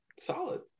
solid